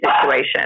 situation